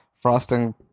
Frosting